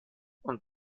und